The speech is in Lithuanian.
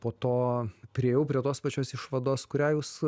po to priėjau prie tos pačios išvados kurią jūs